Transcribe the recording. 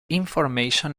information